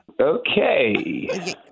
Okay